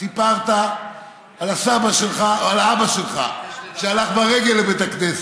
סיפרת על הסבא שלך או על האבא שלך שהלך ברגל לבית הכנסת.